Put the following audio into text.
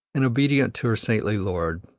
and obedient to her saintly lord,